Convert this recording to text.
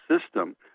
system